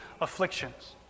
afflictions